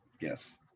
Yes